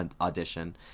audition